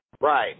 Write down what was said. Right